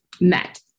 met